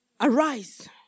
Arise